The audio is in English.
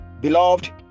beloved